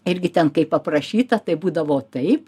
irgi ten kaip aprašyta tai būdavo taip